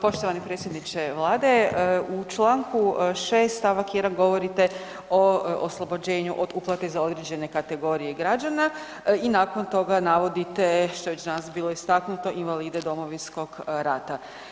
Poštovani predsjedniče Vlade, u čl. 6. st. 1 govorite o oslobođenju od uplate za određene kategorije građana i nakon toga navodite, što je već danas bilo istaknuto, invalide Domovinskog rata.